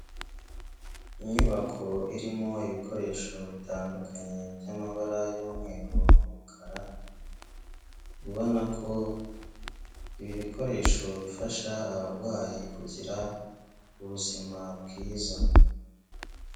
Inyubako irimo ibikoresho bitandukanye by'amabara y'umweru n'umukara, ubona ko ibi bikoresho bifasha abarwayi kugira ubuzima bwiza.